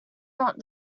not